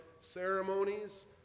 ceremonies